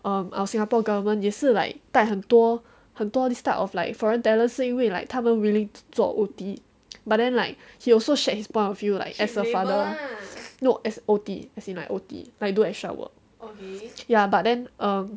um our singapore government 也是 like 带很多很多 this type of like foreign talent 是因为 like 他们 willing to 做 O_T but then like he also shared his point of view like as a father no as O_T as in like O_T like do extra work ya but then um